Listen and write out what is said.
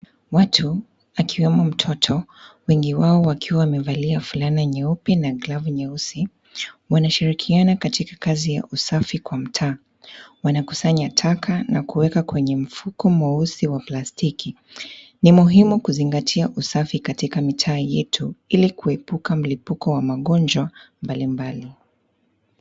Watu, wakiwemo mtoto, wengi wao wakiwa wamevalia fulana nyeupe na glavu nyeusi, wanashirikiana katika kazi ya usafi kwa mtaa. Wanakusanya taka na kuweka kwenye mfuko mweusi wa plastiki. Ni muhimu kuzingatia usafi katika mitaa yetu ilikuepuka mlipuko wa magonjwa mbali mbali.